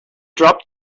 dropped